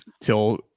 till